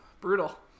Brutal